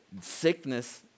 sickness